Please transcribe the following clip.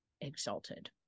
exalted